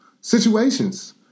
situations